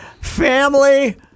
family